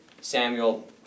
Samuel